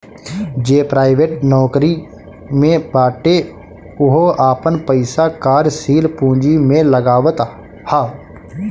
जे प्राइवेट नोकरी में बाटे उहो आपन पईसा कार्यशील पूंजी में लगावत हअ